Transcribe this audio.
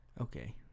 okay